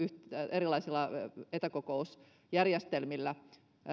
erilaisilla etäkokousjärjestelmillä